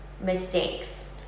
mistakes